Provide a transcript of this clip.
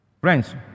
Friends